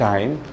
Time